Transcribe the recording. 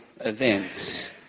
events